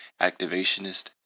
Activationist